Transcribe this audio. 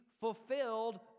fulfilled